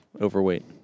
overweight